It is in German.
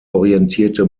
orientierte